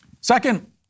Second